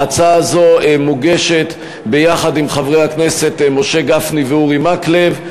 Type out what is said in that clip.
ההצעה הזו מוגשת יחד עם חברי הכנסת משה גפני ואורי מקלב,